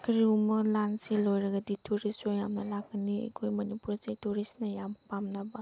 ꯀꯔꯤꯒꯨꯝꯕ ꯂꯥꯟꯁꯦ ꯂꯣꯏꯔꯒꯗꯤ ꯇꯨꯔꯤꯁꯁꯨ ꯌꯥꯝꯅ ꯂꯥꯛꯀꯅꯤ ꯑꯩꯈꯣꯏ ꯃꯅꯤꯄꯨꯔꯁꯦ ꯇꯨꯔꯤꯁꯅ ꯌꯥꯝ ꯄꯥꯝꯅꯕ